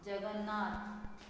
Jagannath